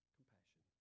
compassion